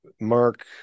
Mark